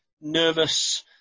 nervous